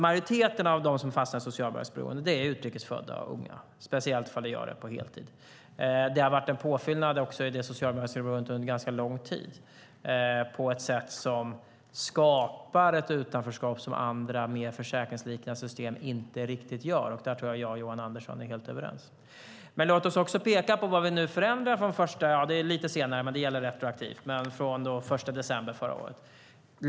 Majoriteten av dem som fastnar i socialbidragsberoende är utrikes födda unga, speciellt ifall de gör det på heltid. Det har varit en påfyllnad i socialbidragsberoendet under en ganska lång tid som skapat ett utanförskap som andra mer försäkringsliknande system inte riktigt gör. Där tror jag att jag och Johan Andersson är helt överens. Låt mig peka på vad det är vi nu förändrar och som gäller retroaktivt från den 1 december förra året.